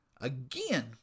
again